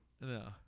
No